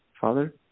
Father